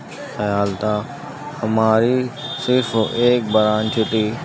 خیال تھا ہماری صرف ایک برانچ تھی